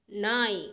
நாய்